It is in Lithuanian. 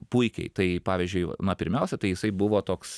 puikiai tai pavyzdžiui na pirmiausia tai jisai buvo toks